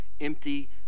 empty